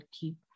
keep